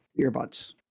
earbuds